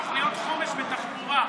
תוכניות חומש לתחבורה,